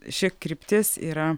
ši kryptis yra